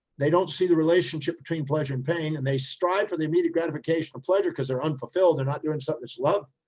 they don't see the relationship between pleasure and pain. and they strive for the immediate gratification of pleasure cause they're unfulfilled, they're not doing something they love.